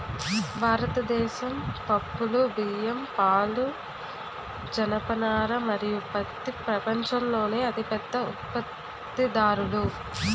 భారతదేశం పప్పులు, బియ్యం, పాలు, జనపనార మరియు పత్తి ప్రపంచంలోనే అతిపెద్ద ఉత్పత్తిదారులు